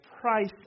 price